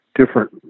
different